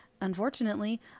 unfortunately